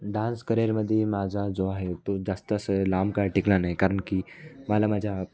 dance करिअरमध्ये माझा जो आहे तो जास्त असं लांब काळ टिकला नाही कारण की मला माझ्या